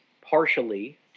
partially